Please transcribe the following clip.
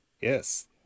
yes